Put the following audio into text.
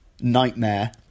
nightmare